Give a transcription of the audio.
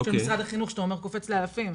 של משרד החינוך שאתה אומר שקופץ לאלפים,